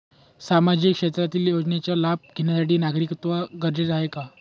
सामाजिक क्षेत्रातील योजनेचा लाभ घेण्यासाठी नागरिकत्व गरजेचे आहे का?